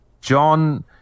John